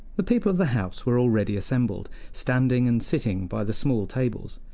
the people of the house were already assembled, standing and sitting by the small tables.